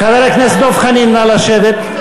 חבר הכנסת דב חנין, נא לשבת.